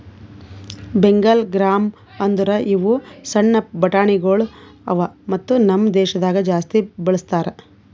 Bengal gram ಅಂದುರ್ ಇವು ಸಣ್ಣ ಬಟಾಣಿಗೊಳ್ ಅವಾ ಮತ್ತ ನಮ್ ದೇಶದಾಗ್ ಜಾಸ್ತಿ ಬಳ್ಸತಾರ್